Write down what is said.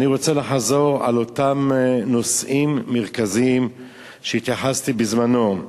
אני רוצה לחזור על אותם נושאים מרכזיים שהתייחסתי אליהם בזמנו.